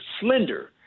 slender